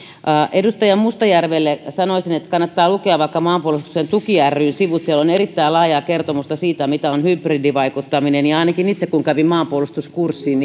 edustaja mustajärvelle sanoisin että kannattaa lukea vaikka maanpuolustuksen tuki ryn sivut siellä on erittäin laajaa kertomusta siitä mitä on hybridivaikuttaminen ja ainakin kun itse kävin maanpuolustuskurssin